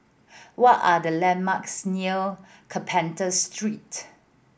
what are the landmarks near Carpenter Street